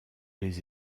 les